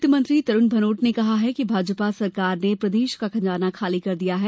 वित्तमंत्री तरूण भनोट ने कहा कि भाजपा सरकार ने प्रदेश का खजाना खाली कर दिया है